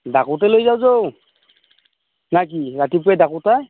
ডাকতে লৈ যাওঁ যৌ না কি ৰাতিপুৱাই ডাকত এ